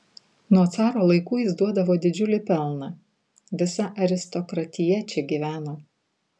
nuo caro laikų jis duodavo didžiulį pelną visa aristokratija čia gyveno